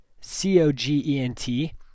C-O-G-E-N-T